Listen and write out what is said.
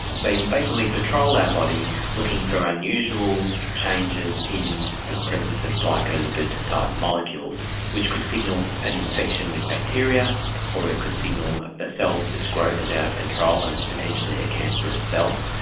they basically patrol our body looking for unusual changes in the presence of glycolipid type molecules which could signal an infection with bacteria or it could signal a cell, it's growth is out of control and it's potentially a cancerous cell,